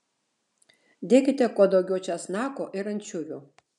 dėkite kuo daugiau česnako ir ančiuvių